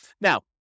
Now